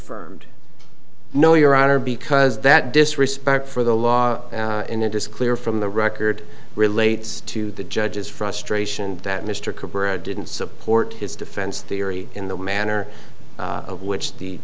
affirmed no your honor because that disrespect for the law and it is clear from the record relates to the judge's frustration that mr cooper didn't support his defense theory in the manner of which the